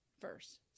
first